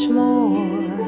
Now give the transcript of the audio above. more